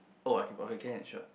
oh I keep okay can and sure